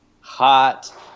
hot